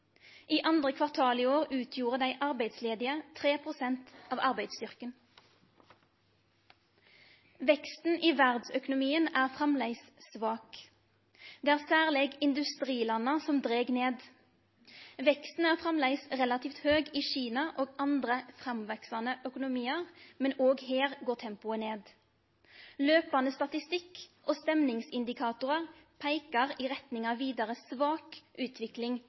I andre kvartal i år utgjorde dei arbeidsledige 3 pst. av arbeidsstyrken. Veksten i verdsøkonomien er framleis svak. Det er særleg industrilanda som dreg ned. Veksten er framleis relativt høg i Kina og andre framveksande økonomiar, men òg her går tempoet ned. Løpande statistikk og stemningsindikatorar peikar i retning av vidare svak utvikling